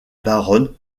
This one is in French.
baronne